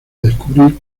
descubrir